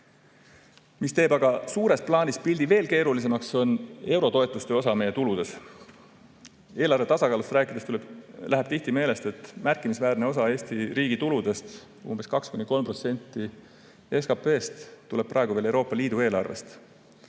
Mis teeb aga suures plaanis pildi veel keerulisemaks, on eurotoetuste osa meie tuludes. Eelarve tasakaalust rääkides läheb tihti meelest, et märkimisväärne osa Eesti riigi tuludest, umbes 2–3% SKP‑st, tuleb praegu veel Euroopa Liidu eelarvest.